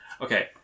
Okay